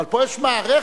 אבל פה יש מערכת